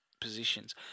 positions